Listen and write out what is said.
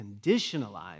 conditionalized